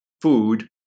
food